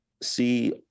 see